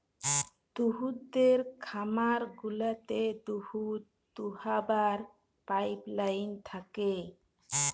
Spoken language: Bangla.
দুহুদের খামার গুলাতে দুহুদ দহাবার পাইপলাইল থ্যাকে